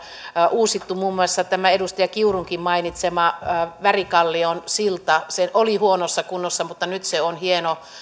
uusittu muun muassa tämä edustaja kiurunkin mainitsema värikallion silta se oli huonossa kunnossa mutta nyt se on hieno